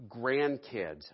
grandkids